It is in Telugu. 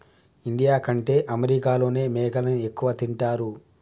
ఇండియా కంటే అమెరికాలోనే మేకలని ఎక్కువ తింటారు